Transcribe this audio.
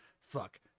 fuck